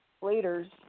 leaders